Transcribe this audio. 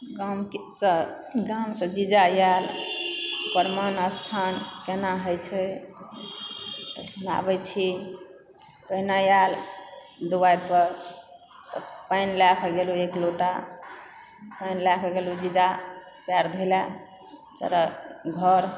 गाँमसँ गाँमसँ जीजा आएल परमानस्थान केना होइ छै सुनाबै छी पहिने आएल दुआरि पर तऽ पानि लए कऽ गेलहुँ एक लोटा पानि लए कऽ गेलहुँ जीजा पैर धोए ला चलऽ घर